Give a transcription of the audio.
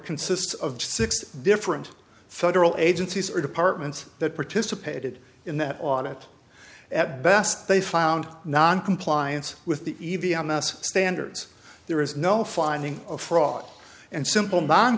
consists of six different federal agencies or departments that participated in that audit at best they found noncompliance with the eevee on the standards there is no finding of fraud and simple